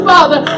Father